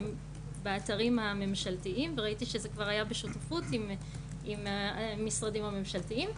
באתרים הממשלתיים וראיתי שזה כבר היה בשותפות עם המשרדים הממשלתיים.